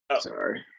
Sorry